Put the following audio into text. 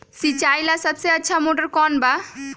सिंचाई ला सबसे अच्छा मोटर कौन बा?